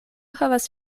havas